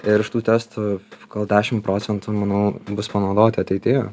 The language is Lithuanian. ir ši tų testų gal dešim procentų manau bus panaudoti ateityje